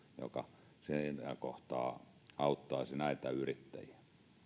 joka siinä kohtaa auttaisi näitä yrittäjiä